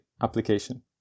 application